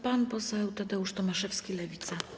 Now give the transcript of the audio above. Pan poseł Tadeusz Tomaszewski, Lewica.